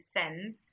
SEND